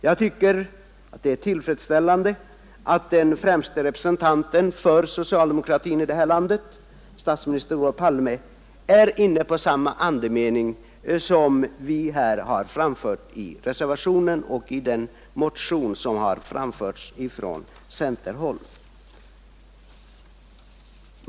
Jag tycker att det är tillfredsställande att den främste representanten för socialdemokratin här i landet, statsminister Olof Palme, är inne på samma mening som vi har framfört i reservationen och i den motion som har väckts från centerhåll.